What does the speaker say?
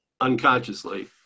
unconsciously